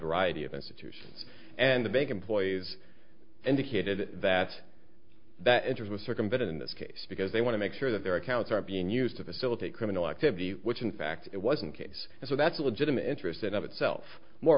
variety of institute and the bank employees indicated that that enters the circumvented in this case because they want to make sure that their accounts are being used to facilitate criminal activity which in fact it wasn't case and so that's a legitimate interest in of itself